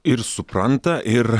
ir supranta ir